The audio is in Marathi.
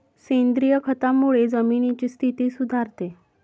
सेंद्रिय खतामुळे जमिनीची स्थिती सुधारते